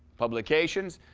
publications.